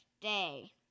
day